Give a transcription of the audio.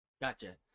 Gotcha